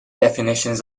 definitions